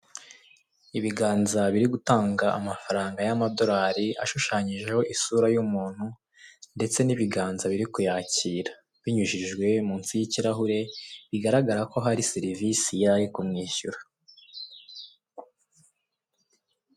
Ibiganza biri gutanga amafaranga y'amadorari ashushanyijeho isura y'umuntu ndetse n'ibiganza biri kuyakira. Binyujijwe munsi y'ikirahure bigaragara ko hari serivise yari ari kumwishyura.